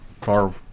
far